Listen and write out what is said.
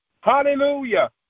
Hallelujah